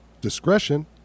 discretion